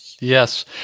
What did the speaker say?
Yes